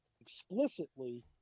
explicitly